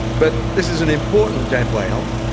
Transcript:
but this is an important dead whale.